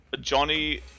Johnny